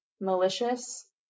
malicious